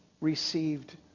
received